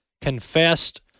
confessed